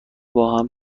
باهم